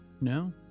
No